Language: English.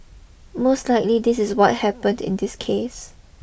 most likely this is what happened in this case